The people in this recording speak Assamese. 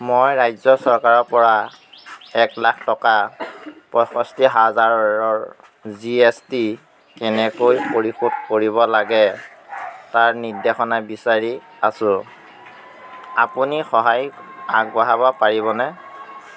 মই ৰাজ্য চৰকাৰৰপৰা এক লাখ টকা পঁয়ষ্ঠি হাজাৰৰ জি এছ টি কেনেকৈ পৰিশোধ কৰিব লাগে তাৰ নিৰ্দেশনা বিচাৰি আছো আপুনি সহায় আগবঢ়াব পাৰিবনে